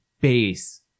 base